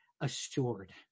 assured